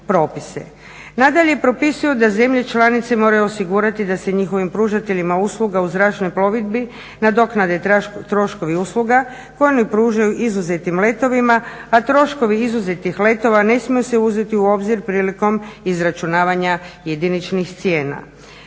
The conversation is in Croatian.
Nadalje propisuju da zemlje članice moraju osigurati da se njihovim pružateljima usluga u zračnoj plovidbi nadoknade troškovi usluga koje im pružaju izuzetim letovima, a troškovi izuzetih letova ne smiju se uzeti u obzir prilikom izračunavanja jediničnih cijena.